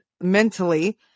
mentally